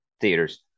theaters